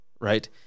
right